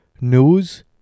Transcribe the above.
news